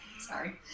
Sorry